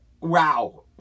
Wow